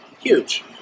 huge